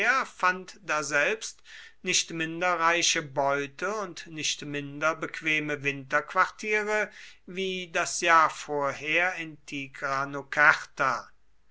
fand daselbst nicht minder reiche beute und nicht minder bequeme winterquartiere wie das jahr vorher in